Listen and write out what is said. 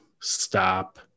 stop